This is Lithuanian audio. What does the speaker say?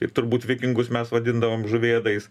kaip turbūt vikingus mes vadindavom žuvėdais